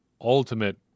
ultimate